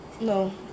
no